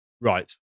Right